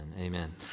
Amen